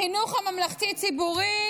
החינוך הממלכתי ציבורי,